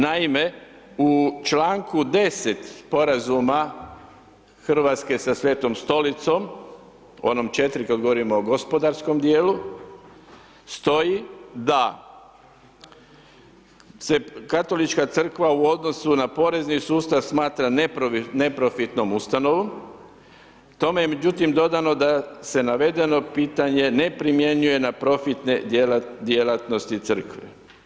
Naime, u čl. 10. sporazuma Hrvatske sa Svetom Stolicom, u onom 4 kada govorimo o gospodarskom dijelu, stoji da se Katolička crkva u odnosu na porezni sustav smatra neprofitnom ustanovom, tome je međutim, dodano da se navedeno pitanje ne primjenjuje na profitne djelatnosti Crkve.